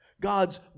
God's